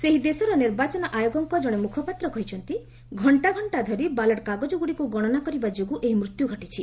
ସେହି ଦେଶର ନିର୍ବାଚନ ଆୟୋଗଙ୍କ ଜଣେ ମୁଖପାତ୍ର କହିଛନ୍ତି ଘଙ୍କା ଘଙ୍କା ଧରି ବାଲଟ କାଗଜଗୁଡ଼ିକୁ ଗଣନା କରିବା ଯୋଗୁଁ ଏହି ମୃତ୍ୟୁ ଘଟିଛି